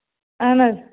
اَہَن حظ